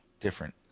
different